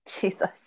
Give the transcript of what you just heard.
Jesus